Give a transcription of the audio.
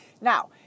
Now